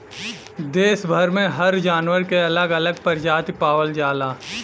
देस भर में हर जानवर के अलग अलग परजाती पावल जाला